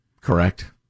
Correct